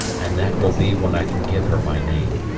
and that will be when i can give her my name.